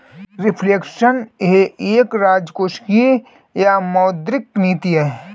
reflection यह एक राजकोषीय या मौद्रिक नीति है